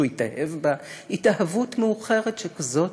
שהוא התאהב בה התאהבות מאוחרת שכזאת,